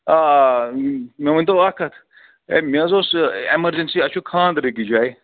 آ آ مےٚ ؤنۍتو اَکھ کَتھ ہے مےٚ حظ اوس اٮ۪مَرجَنسی اَسہِ چھُ خانٛدَر أکِس جایہِ